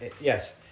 yes